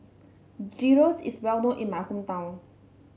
gyros is well known in my hometown